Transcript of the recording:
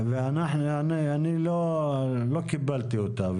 ואני לא קיבלתי אותה.